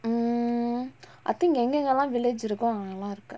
mm I think எங்க எங்களா:enga engalaa village இருக்கோ அங்கயெல்லா இருக்கு:iruko angayellaa irukku